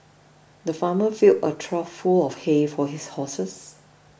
the farmer filled a trough full of hay for his horses